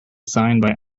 signed